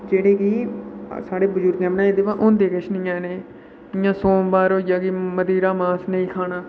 ते जेह्ड़े की साढ़े बजुर्गें बनाए दे पर होंदे किश निं है'न एह् जि'यां सोमवार होई जा मरी दा मास नेईं खाना